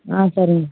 ஆ சரிங்க